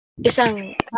isang